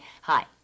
hi